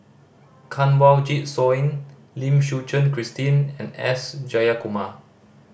Kanwaljit Soin Lim Suchen Christine and S Jayakumar